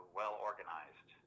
well-organized